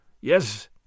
Yes